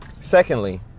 Secondly